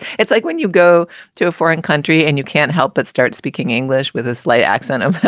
it's like when you go to a foreign country and you can't help but start speaking english with a slight accent of.